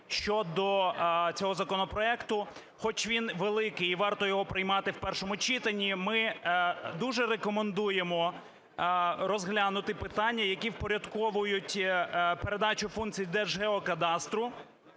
щодо цього законопроекту. Хоч він великий і варто його приймати в першому читанні, ми дуже рекомендуємо розглянути питання, які впорядковують передачу функцій Держгеокадастру.